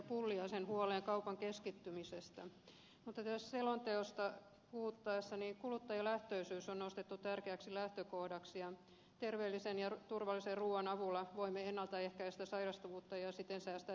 pulliaisen huoleen kaupan keskittymisestä mutta kun nyt puhutaan tästä selonteosta niin tässä kuluttajalähtöisyys on nostettu tärkeäksi lähtökohdaksi ja terveellisen ja turvallisen ruuan avulla voimme ennalta ehkäistä sairastavuutta ja siten säästää terveydenhuoltokuluja